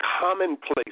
commonplace